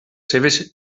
seves